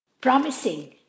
promising